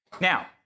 Now